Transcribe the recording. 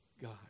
God